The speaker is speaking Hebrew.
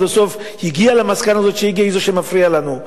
בסוף הגיע למסקנה הזאת היא שמפריעה לנו.